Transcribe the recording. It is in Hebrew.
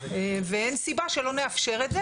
ואין סיבה שלא נאפשר את זה.